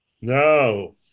No